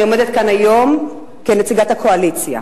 אני עומדת כאן היום כנציגת הקואליציה,